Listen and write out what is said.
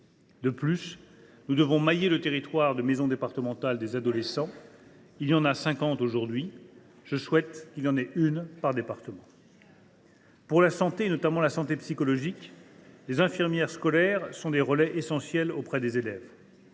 Il nous faudra également mailler le territoire de maisons départementales des adolescents. Il y en a cinquante aujourd’hui : je souhaite qu’il y en ait bientôt une par département. « Pour la santé, notamment la santé psychologique, les infirmières scolaires sont des relais essentiels auprès des élèves.